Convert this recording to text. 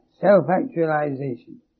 self-actualization